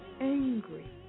angry